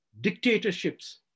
dictatorships